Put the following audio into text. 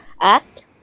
act